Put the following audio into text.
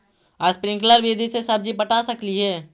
Sprinkle विधि से सब्जी पटा सकली हे?